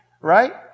Right